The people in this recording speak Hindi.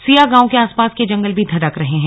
सिया गांव के आसपास के जंगल भी धधक रहे हैं